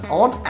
on